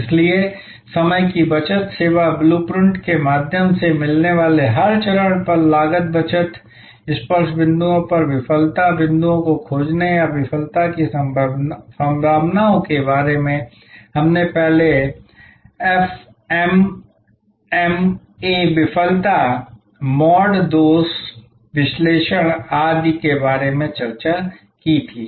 इसलिए समय की बचत सेवा ब्लू प्रिंट के माध्यम से मिलने वाले हर चरण पर लागत बचत स्पर्श बिंदुओं पर विफलता बिंदुओं को खोजने या विफलता की संभावनाओं के बारे में हमने पहले एफएमएमए विफलता मोड दोष विश्लेषण आदि के बारे में चर्चा की थी